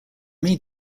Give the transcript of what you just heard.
made